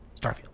Starfield